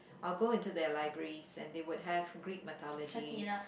I'll go into their libraries and they would have greek mythologies